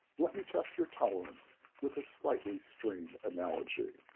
let me test your tolerance with a slightly strained analogy.